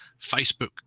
Facebook